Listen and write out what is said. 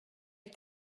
est